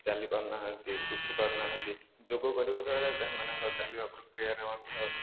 ଚାଲି ପାରୁନାହାନ୍ତି ଉଠି ପାରୁନାହାନ୍ତି ଯୋଗ କରିବା ଦ୍ୱାରା ସେମାନଙ୍କ ଚାଲିବା ପ୍ରକ୍ରିୟାରେ ମଧ୍ୟ